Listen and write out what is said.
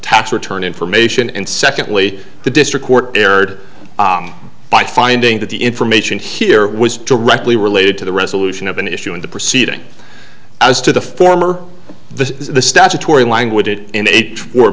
tax return information and secondly the district court erred by finding that the information here was directly related to the resolution of an issue in the proceeding as to the former the statutory language it i